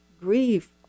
Grief